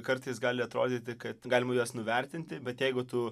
kartais gali atrodyti kad galima juos nuvertinti bet jeigu tu